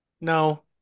No